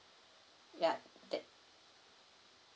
ya th~